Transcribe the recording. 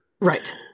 Right